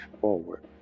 forward